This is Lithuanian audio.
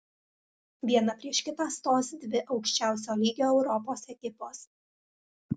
viena prieš kitą stos dvi aukščiausio lygio europos ekipos